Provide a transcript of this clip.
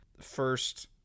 First